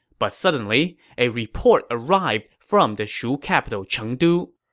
but suddenly, a report arrived from the shu capital chengdu.